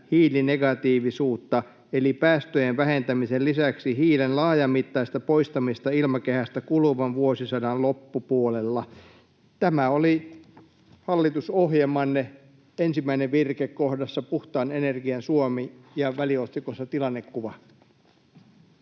hiilinegatiivisuutta eli päästöjen vähentämisen lisäksi hiilen laajamittaista poistamista ilmakehästä kuluvan vuosisadan loppupuolella.” Tämä oli hallitusohjelmanne ensimmäinen virke kohdassa ”Puhtaan energian Suomi” väliotsikolla ”Tilannekuva”.